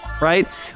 right